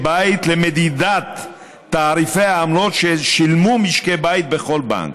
בית למדידת תעריפי העמלות ששילמו משקי בית בכל בנק.